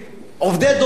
עובדי דור ב'.